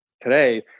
today